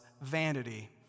vanity